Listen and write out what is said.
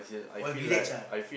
all village ah